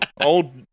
Old